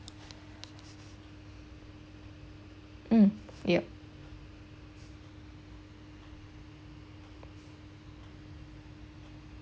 mm yup